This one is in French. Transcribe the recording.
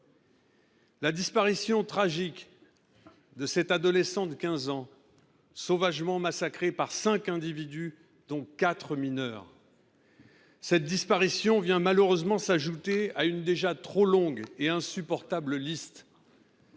La disparition tragique de cet adolescent de 15 ans, sauvagement massacré par cinq individus, dont quatre mineurs, vient malheureusement s’ajouter à une liste déjà trop longue et insupportable.